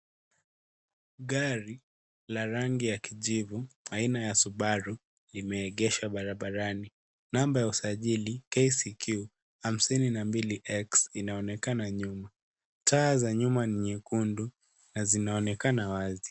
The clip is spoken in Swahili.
Gari la rangi ya kijivu, aina ya Subaru, imeegeshwa barabarani. Namba ya usajili KCQ 852X inaonekana. Taa za nyuma ni nyekundu na zinaonekana wazi.